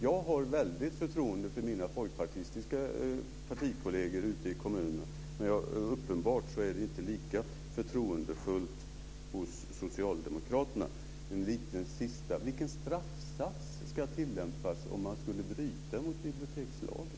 Jag har ett väldigt förtroende för mina folkpartistiska partikolleger ute i kommunerna. Uppenbarligen är det inte lika förtroendefullt bland socialdemokraterna. Så en sista liten fråga: Vilken straffsats ska tilllämpas om man skulle bryta mot bibliotekslagen?